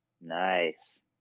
Nice